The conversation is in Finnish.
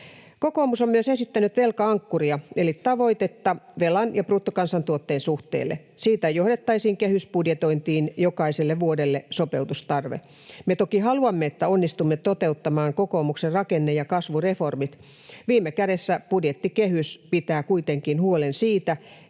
Kokoomus on myös esittänyt velka-ankkuria eli tavoitetta velan ja bruttokansantuotteen suhteelle. Siitä johdettaisiin kehysbudjetointiin jokaiselle vuodelle sopeutustarve. Me toki haluamme, että onnistumme toteuttamaan kokoomuksen rakenne- ja kasvureformit. Viime kädessä budjettikehys pitää kuitenkin huolen siitä,